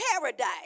paradise